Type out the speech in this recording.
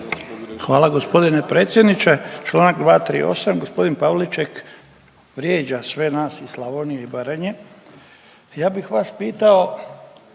Hvala gospodine predsjedniče.